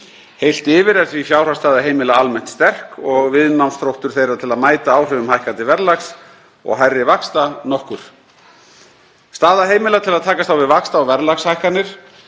Heilt yfir er því fjárhagsstaða heimila almennt sterk og viðnámsþróttur þeirra til að mæta áhrifum hækkandi verðlags og hærri vaxta nokkur. Staða heimila til að takast á við vaxta- og verðlagshækkanir